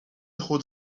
خود